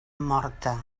morta